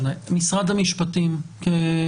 התייחסות משרד המשפטים לעניין